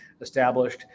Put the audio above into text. established